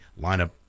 lineup